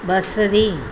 बसरी